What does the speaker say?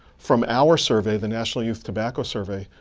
from our survey, the national youth tobacco survey,